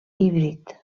híbrid